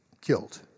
killed